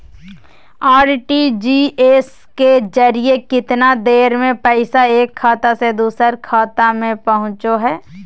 RTGS के जरिए कितना देर में पैसा एक खाता से दुसर खाता में पहुचो है?